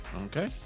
Okay